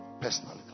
Personally